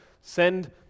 send